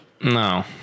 No